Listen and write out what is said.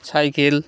cycle